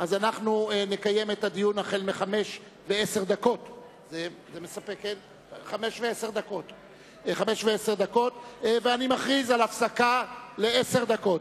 אנחנו נקיים את הדיון מהשעה 17:10. אני מכריז על הפסקה של עשר דקות.